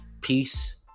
peace